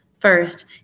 First